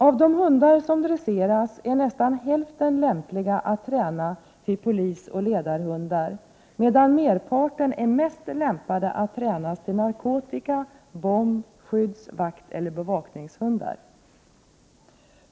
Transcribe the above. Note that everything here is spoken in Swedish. Av de hundar som dresseras är drygt hälften lämpliga att tränas till polisoch ledarhundar, medan övriga är mest lämpade att tränas till narkotika-, bomb-, skydds-, vakteller bevakningshundar.